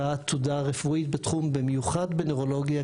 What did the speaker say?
תודעה רפואית בתחום במיוחד בנוירולוגיה,